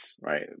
right